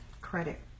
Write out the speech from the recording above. credit